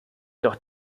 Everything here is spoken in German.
doch